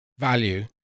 Value